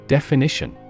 Definition